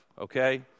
Okay